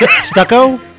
stucco